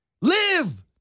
Live